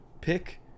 Pick